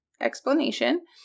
explanation